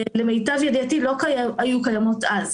למיטב ידיעתי לא היו קיימות אז.